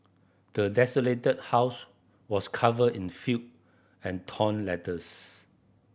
the desolated house was covered in filth and torn letters